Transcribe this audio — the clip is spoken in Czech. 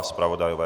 Zpravodajové?